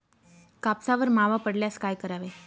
कापसावर मावा पडल्यास काय करावे?